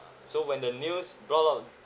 so when the news brought up